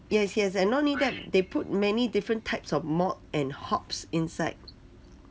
yes yes and not only that they put many different types of malt and hops inside